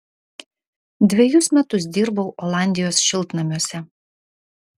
dvejus metus dirbau olandijos šiltnamiuose